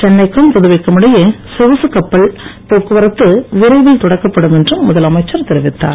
சென்னைக்கும் புதுவைக்கும் இடையே சொகுசு கப்பல் போக்குவரத்து விரைவில் தொடக்கப்படும் என்றும் முதலமைச்சர் தெரிவித்தார்